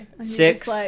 Six